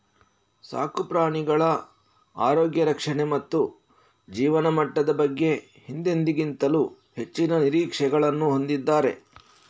ಸಾಕು ಪ್ರಾಣಿಗಳ ಆರೋಗ್ಯ ರಕ್ಷಣೆ ಮತ್ತು ಜೀವನಮಟ್ಟದ ಬಗ್ಗೆ ಹಿಂದೆಂದಿಗಿಂತಲೂ ಹೆಚ್ಚಿನ ನಿರೀಕ್ಷೆಗಳನ್ನು ಹೊಂದಿದ್ದಾರೆ